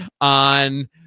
on